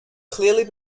clearly